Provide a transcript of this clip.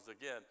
again